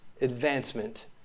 advancement